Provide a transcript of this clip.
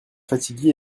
fatigué